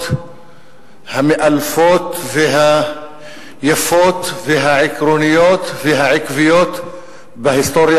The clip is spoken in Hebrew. המאלפות והיפות והעקרוניות והעקביות בהיסטוריה